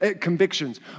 convictions